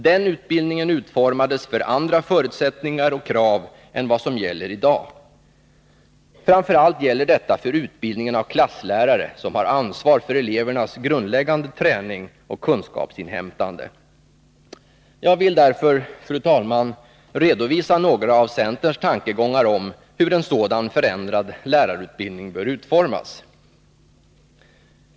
Den utbildningen utformades för andra förutsättningar och krav än dem som gäller i dag. Framför allt gäller detta för utbildningen av klasslärare, som har ansvar för elevernas grundläggande träning och kunskapsinhämtande. Jag vill därför, fru talman, redovisa några av centerns tankegångar om hur en sådan förändrad lärarutbildning bör utformas.